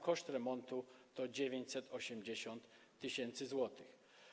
Koszt remontu to 980 tys. zł.